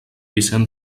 vicent